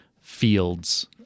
fields